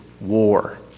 war